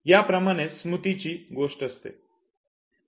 याप्रमाणेच स्मृतीची गोष्ट असते